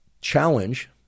challenge